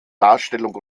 darstellung